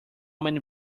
many